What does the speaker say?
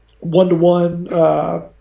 one-to-one